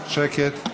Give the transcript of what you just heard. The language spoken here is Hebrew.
שקט.